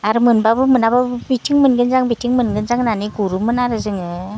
आरो मोनब्लाबो मोनाब्लाबो बिथिं मोनगोनदां बिथिं मोनगोनदां होननानै गुरोमोन आरो जोङो